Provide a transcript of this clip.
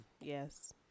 yes